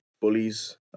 Bullies